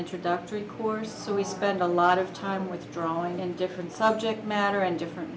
introductory course so we spend a lot of time with throwing in different subject matter and different